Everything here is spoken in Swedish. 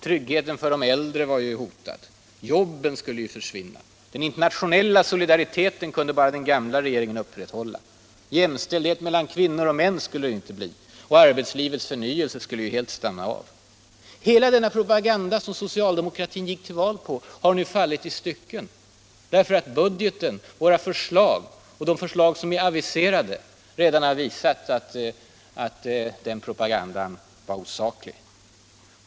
Tryggheten för de äldre var hotad, jobben skulle försvinna, den internationella solidariteten kunde bara den gamla regeringen upprätthålla, jämställdhet mellan kvinnor och män kunde det inte bli och arbetslivets förnyelse skulle helt stanna av. Hela denna propaganda, som socialdemokratin gick till val på, har nu fallit i stycken. Budgeten, våra förslag och de förslag som är aviserade, har redan visat att den propagandan var osaklig.